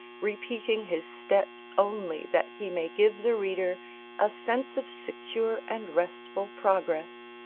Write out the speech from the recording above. repeating his steps only that he may give the reader a sense of secure and restful progress,